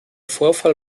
vorfall